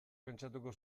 pentsatuko